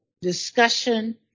discussion